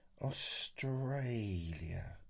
Australia